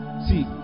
See